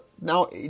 Now